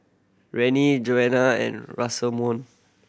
Rennie Johannah and Rosamond